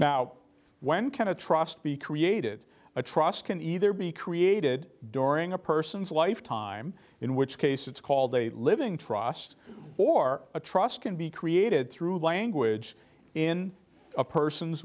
now when can a trust be created a trust can either be created during a person's life time in which case it's called a living trust or a trust can be created through language in a person's